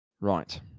Right